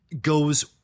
goes